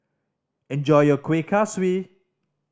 enjoy your Kuih Kaswi